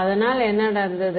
அதனால் என்ன நடந்தது